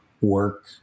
work